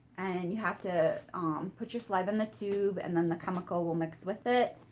and you have to um put your saliva in the tube, and then the chemical will mix with it.